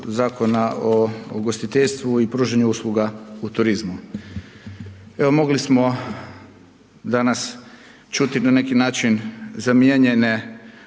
o ugostiteljstvu i pružanje usluga u turizmu. Evo mogli smo danas čuti na neki način zamijenjene